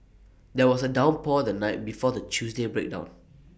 there was A downpour the night before the Tuesday breakdown